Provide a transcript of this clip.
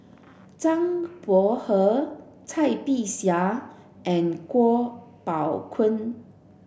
Zhang Bohe Cai Bixia and Kuo Pao Kun